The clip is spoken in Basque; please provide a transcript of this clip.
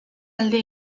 alde